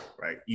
right